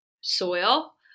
soil